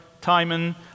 Timon